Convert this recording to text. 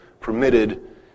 permitted